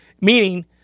meaning